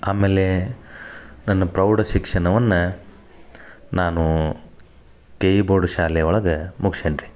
ಆಮೇಲೆ ನನ್ನ ಪ್ರೌಢ ಶಿಕ್ಷಣವನ್ನ ನಾನು ಕೆ ಇ ಪ್ರೌಢಶಾಲೆ ಒಳಗೆ ಮುಗ್ಸೇನಿ ರೀ